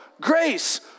Grace